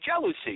jealousy